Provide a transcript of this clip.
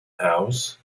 house